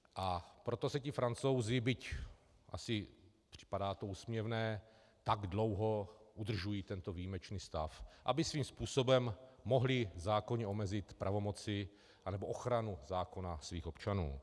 A proto ti Francouzi, připadá to úsměvné, tak dlouho udržují tento výjimečný stav, aby svým způsobem mohli v zákoně omezit pravomoci nebo ochranu zákona svých občanů.